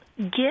get